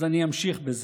אני אמשיך בזה.